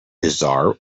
bizarre